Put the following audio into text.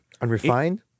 unrefined